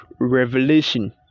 revelation